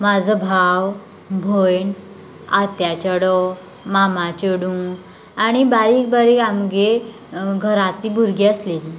म्हाजो भाव भयण आत्या चेडो मामा चेडू आनी बारीक बारीक आमगे घरांतली भुरगीं आसलेली